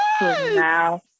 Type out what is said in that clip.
now